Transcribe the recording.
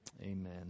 Amen